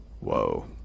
Whoa